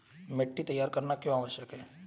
मिट्टी तैयार करना क्यों आवश्यक है?